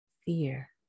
fear